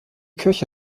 kirche